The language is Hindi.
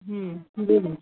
जी मैम